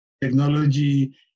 technology